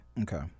Okay